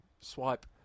swipe